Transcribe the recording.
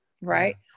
right